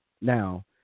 Now